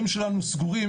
אני מנסה לשמור על לשוני,